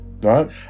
Right